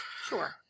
Sure